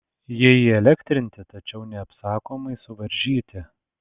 jie įelektrinti tačiau neapsakomai suvaržyti